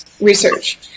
research